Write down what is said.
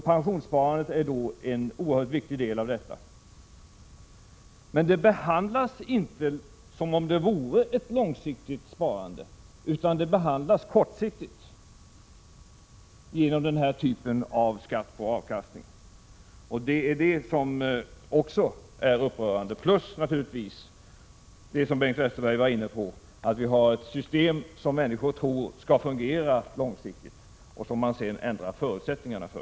Pensionssparandet utgör en oerhört viktig del av detta sparande, men det behandlas inte som ett långsiktigt sparande utan som ett kortsiktigt. Det visar den här typen av avkastning. Även detta är upprörande. Dessutom kan det naturligtvis vara av värde att konstatera — Bengt Westerberg var inne på den frågan — att vi har ett system som, åtminstone tror människor det, skall fungera långsiktigt, men som man sedan ändrar förutsättningarna för.